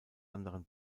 anderen